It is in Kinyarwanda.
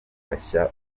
guhashya